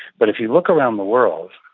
but if you look around the world,